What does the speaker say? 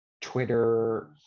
Twitter